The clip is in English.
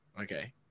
Okay